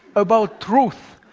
about truth,